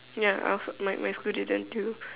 ya I my my school did that too